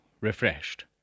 refreshed